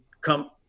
come